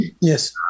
Yes